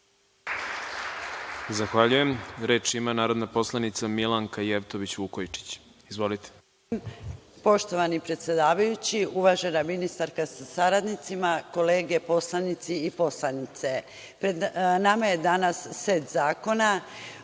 Zahvaljujem. Reč ima narodna poslanica Milanka Jevtović Vukojičić. Izvolite. **Milanka Jevtović Vukojičić** Poštovani predsedavajući, uvažena ministarka sa saradnicima, kolege poslanici i poslanice, pred nama je danas set zakona